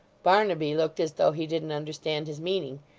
barnaby looked as though he didn't understand his meaning.